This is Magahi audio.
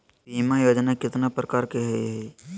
बीमा योजना केतना प्रकार के हई हई?